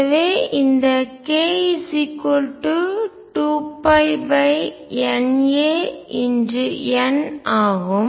எனவே இந்த k2πNan ஆகும்